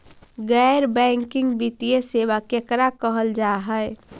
गैर बैंकिंग वित्तीय सेबा केकरा कहल जा है?